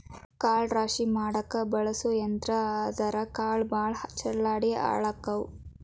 ಕಾಳ ರಾಶಿ ಮಾಡಾಕ ಬಳಸು ಯಂತ್ರಾ ಆದರಾ ಕಾಳ ಭಾಳ ಚಲ್ಲಾಡಿ ಹಾಳಕ್ಕಾವ